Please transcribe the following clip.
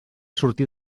sortir